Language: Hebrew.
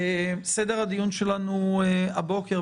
סדר הדיון שלנו הבוקר,